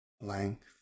length